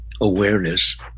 awareness